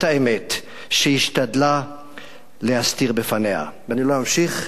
האמת שהשתדלה / להסתיר בפניה." ואני לא אמשיך.